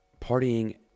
partying